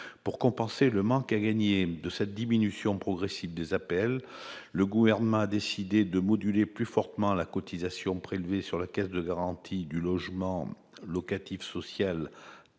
Pour compenser le manque à gagner qui résultera de la diminution progressive des APL, le Gouvernement a décidé de moduler plus fortement la cotisation prélevée par la Caisse de garantie du logement locatif social assise